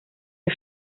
die